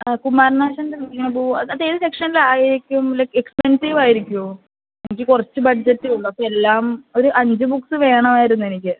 കുമാരനാശാൻ്റെ വീണപൂവ് അത് ഏത് സെക്ഷനിലായിരിക്കും ലൈക്ക് എക്സ്പെൻസീവ് ആയിരിക്കുമോ എനിക്ക് കുറച്ച് ബഡ്ജറ്റേ ഉള്ളൂ അപ്പോൾ എല്ലാം ഒരു അഞ്ച് ബുക്ക്സ് വേണമായിരുന്നു എനിക്ക്